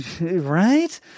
right